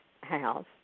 house